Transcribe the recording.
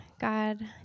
God